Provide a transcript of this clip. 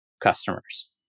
customers